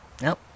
Nope